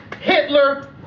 Hitler